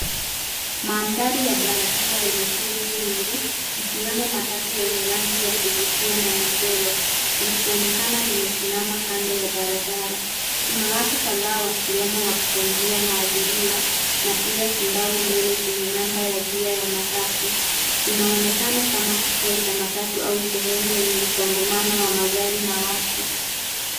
Mandhari ya barabara yenye shughuli nyingi, ikiwemo matatu yenye rangi ya kuvutia na michoro, likionekana limesimama kando ya barabara. Kuna watu kadhaa wakiwemo wapita njia na abiria, na pia kibao mbele chenye namba ya njia ya matatu. Inaonekana kama kituo cha matatu au sehemu yenye msongamano wa magari na watu.